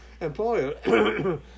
employer